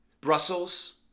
Brussels